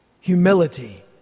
humility